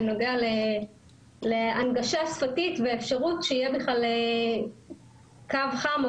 בנוגע להנגשה שפתית ולאפשרות שיהיה קו חם או